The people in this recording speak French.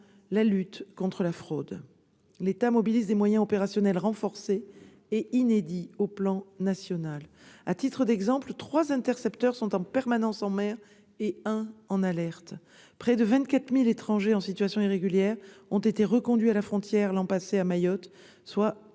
la lutte contre la fraude. L'État mobilise des moyens opérationnels renforcés et inédits au plan national. À titre d'exemple, trois intercepteurs sont en permanence en mer et un en alerte. Près de 24 000 étrangers en situation irrégulière ont été reconduits à la frontière l'an passé à Mayotte, soit